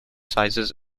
sizes